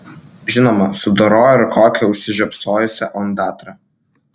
žinoma sudoroja ir kokią užsižiopsojusią ondatrą